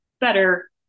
better